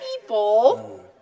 people